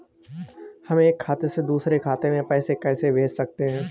हम एक खाते से दूसरे खाते में पैसे कैसे भेज सकते हैं?